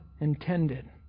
intended